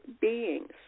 beings